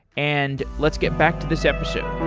and let's get back to this episode